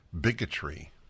bigotry